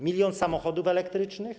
Milion samochodów elektrycznych?